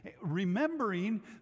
remembering